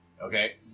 Okay